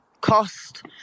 cost